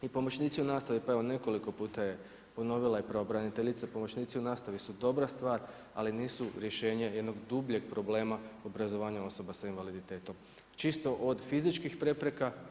I pomoćnici u nastavi, pa evo nekoliko puta je ponovila i pravobraniteljica, pomoćnici u nastavi su dobra stvar, ali nisu rješenje jednog dubljeg problema obrazovanja osoba sa invaliditetom čisto od fizičkih prepreka.